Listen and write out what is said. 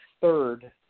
third